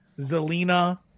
Zelina